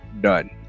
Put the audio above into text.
done